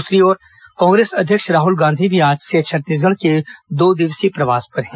दूसरी ओर कांग्रेस अध्यक्ष राहल गांधी भी आज से छत्तीसगढ़ के दो दिवसीय प्रवास पर हैं